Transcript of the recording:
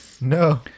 no